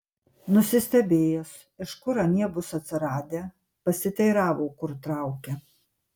nusistebėjęs iš kur anie bus atsiradę pasiteiravo kur traukia